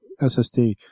SSD